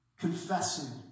confessing